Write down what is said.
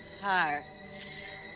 hearts